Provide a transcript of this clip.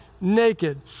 naked